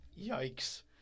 Yikes